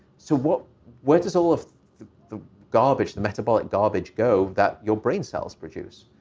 so but where does all of the garbage, the metabolic garbage go that your brain cells produce?